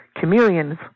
chameleons